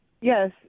Yes